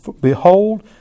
behold